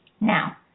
now